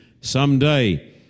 someday